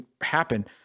happen